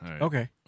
Okay